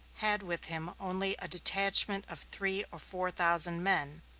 had with him only a detachment of three or four thousand men,